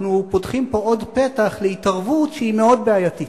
אנחנו פותחים פה עוד פתח להתערבות שהיא מאוד בעייתית.